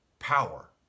Power